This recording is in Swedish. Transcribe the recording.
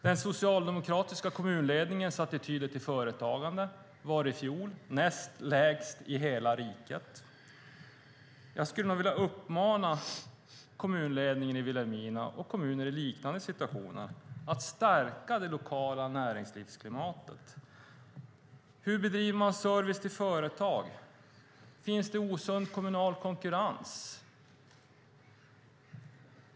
Den socialdemokratiska kommunledningens attityder till företagande var i fjol näst lägst i hela riket. Jag skulle nog vilja uppmana kommunledningen i Vilhelmina, och andra kommuner i liknande situationer, att stärka det lokala näringslivsklimatet. Hur bedriver man service i företag? Finns det osund kommunal konkurrens?